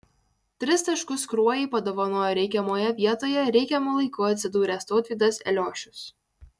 tris taškus kruojai padovanojo reikiamoje vietoje reikiamu laiku atsidūręs tautvydas eliošius